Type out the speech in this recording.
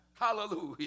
Hallelujah